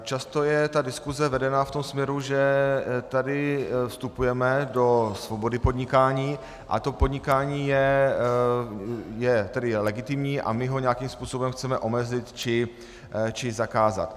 Často je diskuse vedena v tom směru, že tady vstupujeme do svobody podnikání, že podnikání je legitimní a my ho nějakým způsobem chceme omezit či zakázat.